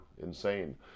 insane